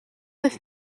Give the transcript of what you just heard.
neuf